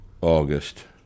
August